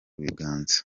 biganza